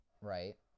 right